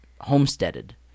homesteaded